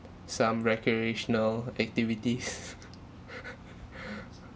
some recreational activities